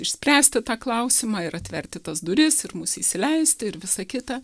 išspręsti tą klausimą ir atverti tas duris ir mus įsileisti ir visa kita